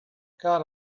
got